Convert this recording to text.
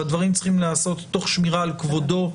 שהדברים צריכים להיעשות תוך שמירה על כבודו,